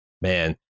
Man